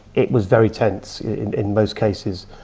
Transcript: it was very tense in most cases.